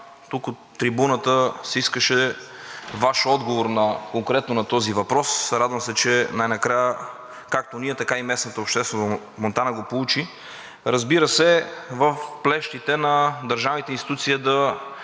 тук от трибуната се искаше Ваш отговор конкретно на този въпрос. Радвам се, че най-накрая, както ние, така и местната общественост в Монтана го получи. Разбира се, на плещите на държавните институции е да